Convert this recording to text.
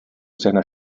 seiner